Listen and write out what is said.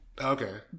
Okay